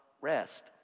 rest